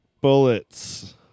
bullets